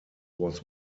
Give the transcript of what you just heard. was